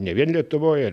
ne vien lietuvoje